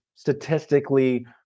statistically